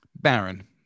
baron